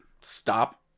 stop